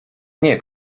nie